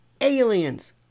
aliens